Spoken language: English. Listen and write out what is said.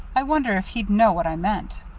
i wonder if he'd know what i meant.